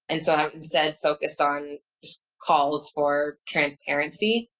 and so instead focused on calls for transparency.